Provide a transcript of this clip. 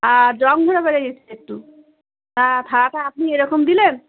আর জঙ ধরা বেড়ে গেছে একটু তা থালাটা আপনি এরকম দিলেন